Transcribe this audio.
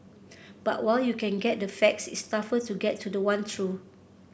but while you can get the facts it's tougher to get to the one truth